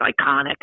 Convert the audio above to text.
iconic